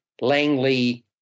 Langley